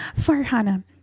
Farhana